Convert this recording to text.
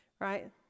Right